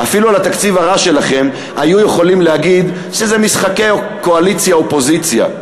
אפילו על התקציב הרע שלכם היו יכולים להגיד שאלו קואליציה אופוזיציה,